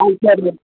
ஆ சரிங்க